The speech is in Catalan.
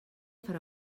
farà